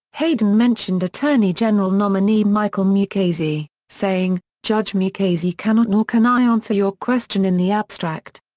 hayden mentioned attorney general nominee michael mukasey, saying, judge mukasey cannot nor can i answer your question in the abstract.